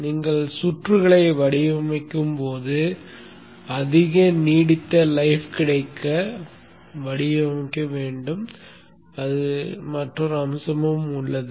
நீங்கள் சுற்றுகளை வடிவமைக்கும் போது அதிக நீடித்த லைப் கிடைக்க வடிவமைக்கும் மற்றொரு அம்சமும் உள்ளது